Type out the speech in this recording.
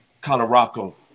Colorado